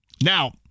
Now